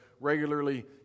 regularly